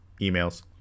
emails